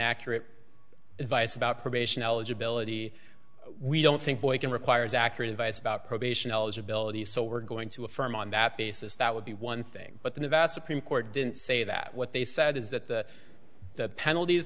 accurate advice about probation eligibility we don't think boykin requires accurate advice about probation eligibility so we're going to affirm on that basis that would be one thing but the best supreme court didn't say that what they said is that the penalt